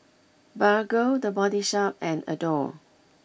Bargo the Body Shop and Adore